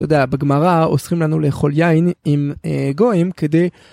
אתה יודע, בגמרא אוסרים לנו לאכול יין עם גויים כדי...